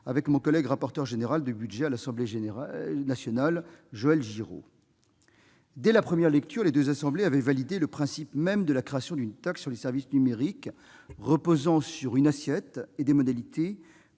avec mon collègue rapporteur général du budget à l'Assemblée nationale, Joël Giraud. Dès la première lecture, les deux assemblées avaient validé le principe même de la création d'une taxe sur les services numériques reposant sur une assiette et des modalités